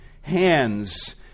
hands